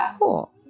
cool